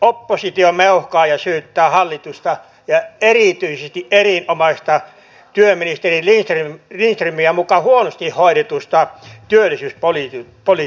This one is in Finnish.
oppositio meuhkaa ja syyttää hallitusta ja erityisesti erinomaista työministeri lindströmiä muka huonosti hoidetusta työllisyyspolitiikasta